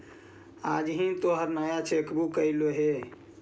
आज हिन् तोहार नया चेक बुक अयीलो हे